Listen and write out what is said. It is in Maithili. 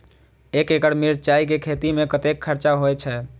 एक एकड़ मिरचाय के खेती में कतेक खर्च होय छै?